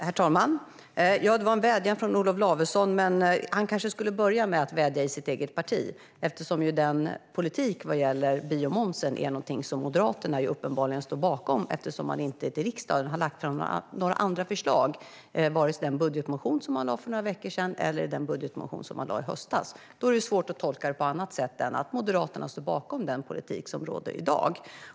Herr talman! Ja, det var en vädjan från Olof Lavesson. Men han kanske skulle börja med att vädja i sitt eget parti, eftersom politiken vad gäller biomomsen är något som Moderaterna uppenbarligen står bakom. Man har ju inte lagt fram några andra förslag i riksdagen, vare sig i den budgetmotion som man väckte för några veckor sedan eller i den budgetmotion som man väckte i höstas. Då är det svårt att tolka det på annat sätt än att Moderaterna står bakom den politik som råder i dag.